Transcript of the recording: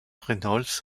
reynolds